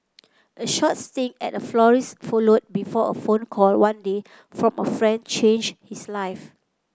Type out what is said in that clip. a short stint at a florist followed before a phone call one day from a friend changed his life